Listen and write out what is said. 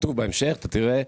כתוב בהמשך אתה תראה,